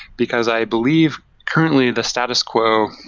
because i believe, currently, the status quo,